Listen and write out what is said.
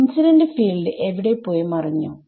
incident field എവിടെ പോയി മറഞ്ഞു